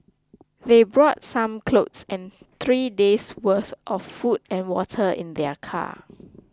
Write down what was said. they brought some clothes and three days' worth of food and water in their car